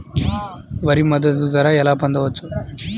వరి మద్దతు ధర ఎలా పొందవచ్చు?